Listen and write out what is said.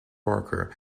barker